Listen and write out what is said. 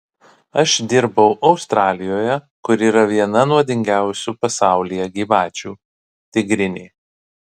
aš dirbau australijoje kur yra viena nuodingiausių pasaulyje gyvačių tigrinė